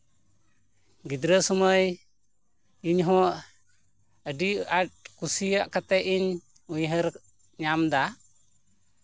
ᱜᱤᱫᱽᱨᱟᱹ ᱥᱚᱢᱚᱭ ᱤᱧ ᱦᱚᱸ ᱟᱹᱰᱤ ᱟᱸᱴ ᱠᱩᱥᱤᱭᱟᱜ ᱠᱟᱛᱮᱱᱤᱧ ᱩᱭᱦᱟᱹᱨ ᱧᱟᱢ ᱮᱫᱟ